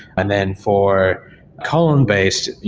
and then for column-based,